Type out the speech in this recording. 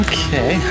Okay